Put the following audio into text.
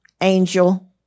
angel